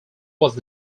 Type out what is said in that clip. was